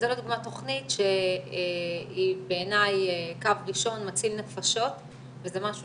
זו לדוגמה תכנית שהיא בעיניי קו ראשון מציל נפשות וזה משהו